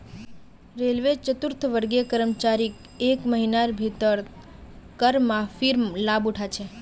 railway चतुर्थवर्गीय कर्मचारीक एक महिनार भीतर कर माफीर लाभ उठाना छ